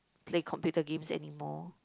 play computer games anymore